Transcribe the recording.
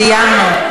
סיימנו.